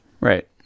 Right